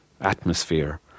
atmosphere